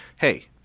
hey –